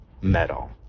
metal